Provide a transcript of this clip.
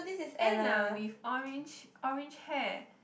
Anna with orange orange hair